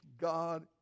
God